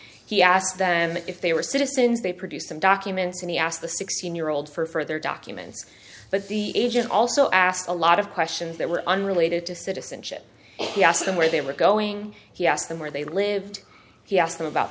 he asked them if they were citizens they produced some documents and he asked the sixteen year old for further documents but the agent also asked a lot of questions that were unrelated to citizenship and he asked them where they were going he asked them where they lived he asked them about